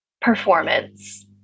performance